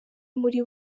muri